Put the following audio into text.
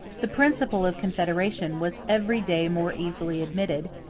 the principle of confederation was every day more easily admitted,